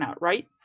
right